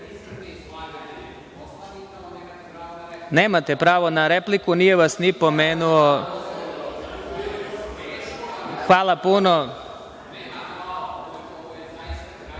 nemate pravo na repliku, nije vas ni pomenuo. Hvala.(Saša